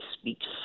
speaks